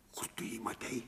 kur tu jį matei